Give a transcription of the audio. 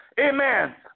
amen